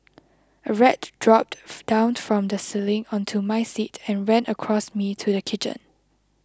a rat dropped down from the ceiling onto my seat and ran across me to the kitchen